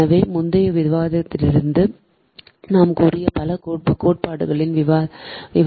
எனவே முந்தைய விவாதங்களிலிருந்து நாம் கூறிய பல கோட்பாடுகளும் விவாதிக்கப்படுகின்றன